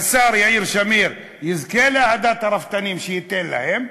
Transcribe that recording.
השר יאיר שמיר יזכה לאהדת הרפתנים שכן ייתן להם.